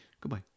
Goodbye